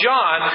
John